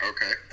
Okay